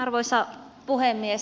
arvoisa puhemies